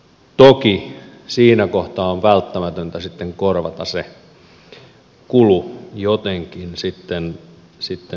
toki siinä kohtaa on välttämätöntä sitten korvata se kulu jotenkin suomalaisille yrityksille